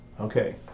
Okay